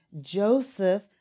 Joseph